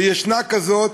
וישנה כזאת,